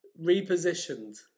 repositioned